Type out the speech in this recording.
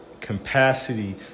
capacity